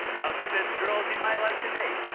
out spits girls you might like to date.